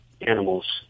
animals